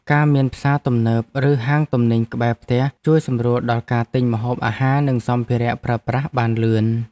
ការមានផ្សារទំនើបឬហាងទំនិញក្បែរផ្ទះជួយសម្រួលដល់ការទិញម្ហូបអាហារនិងសម្ភារៈប្រើប្រាស់បានលឿន។